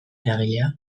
eragilea